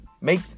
make